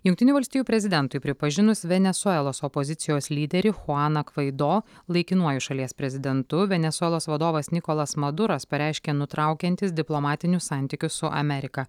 jungtinių valstijų prezidentui pripažinus venesuelos opozicijos lyderį chuaną kvaido laikinuoju šalies prezidentu venesuelos vadovas nikolas maduras pareiškė nutraukiantis diplomatinius santykius su amerika